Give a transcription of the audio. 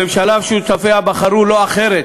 הממשלה ושותפיה בחרו לא אחרת